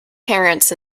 parents